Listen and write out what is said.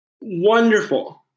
wonderful